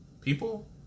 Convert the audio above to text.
people